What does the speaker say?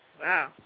Wow